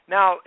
Now